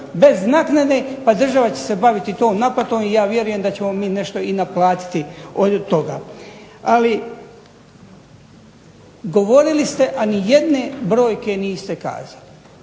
bez naknade, a država će se baviti tom naplatom i ja vjerujem da ćemo mi nešto i naplatiti od toga. Govorili ste, a nijedne brojke niste kazali,